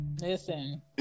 Listen